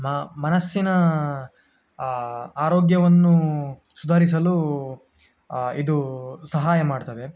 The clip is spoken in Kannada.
ಮ ಮನಸ್ಸಿನ ಆರೋಗ್ಯವನ್ನು ಸುಧಾರಿಸಲು ಇದು ಸಹಾಯ ಮಾಡ್ತದೆ